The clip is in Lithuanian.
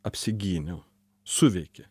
apsigyniau suveikė